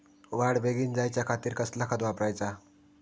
वाढ बेगीन जायच्या खातीर कसला खत वापराचा?